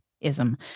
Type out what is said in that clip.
ism